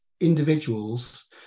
individuals